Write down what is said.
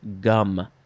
gum